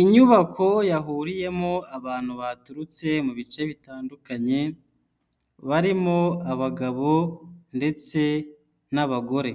Inyubako yahuriyemo abantu baturutse mu bice bitandukanye barimo abagabo ndetse n'abagore,